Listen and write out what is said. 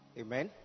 Amen